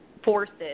forces